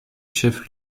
chef